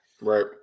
Right